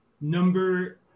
Number